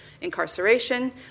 incarceration